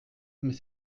mais